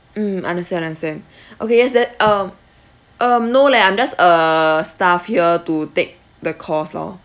mm understand understand okay yes that um um no leh I'm just a staff here to take the course lor